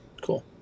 Cool